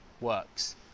works